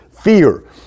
fear